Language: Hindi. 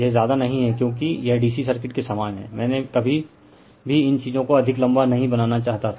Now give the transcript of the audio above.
यह ज्यादा नहीं है क्योंकि यह DC सर्किट के समान है मैं कभी भी इन चीजों को अधिक लंबा नहीं बनाना चाहता था